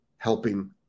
helping